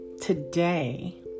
today